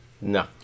No